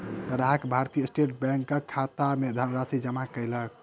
ग्राहक भारतीय स्टेट बैंकक खाता मे धनराशि जमा कयलक